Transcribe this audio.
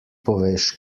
poveš